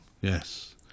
yes